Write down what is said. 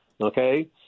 okay